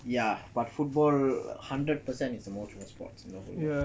ya but football hundred percent is the most watched sports you know